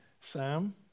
Sam